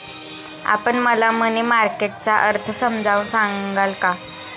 आपण मला money market चा अर्थ समजावून सांगाल का?